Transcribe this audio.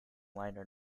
liner